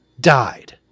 died